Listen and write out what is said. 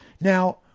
now